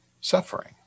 suffering